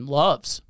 loves